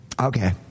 Okay